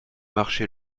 marché